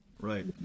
Right